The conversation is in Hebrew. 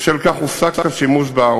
בשל כך הופסק השימוש בה,